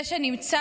זה שנמצא